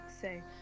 say